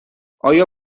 آیا